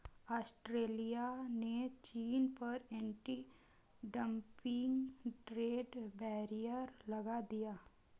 Australia ने चीन पर एंटी डंपिंग ट्रेड बैरियर लगा दिया